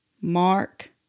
Mark